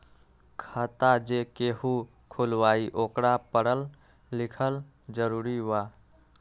खाता जे केहु खुलवाई ओकरा परल लिखल जरूरी वा?